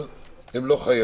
אבל הם לא חייבים.